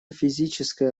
физическое